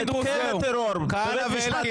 לך לרמות ותגיד להם שמצאת את מוקד הטרור בבית המשפט העליון.